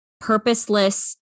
purposeless